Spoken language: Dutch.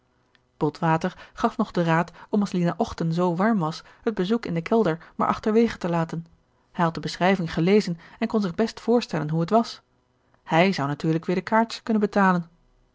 botwater gaf nog den raad om als lina ochten zoo warm was het bezoek in den kelder maar achterwege te laten hij had de beschrijving gelezen en kon zich best voorstellen hoe het was hij zou natuurlijk weer de kaartjes kunnen betalen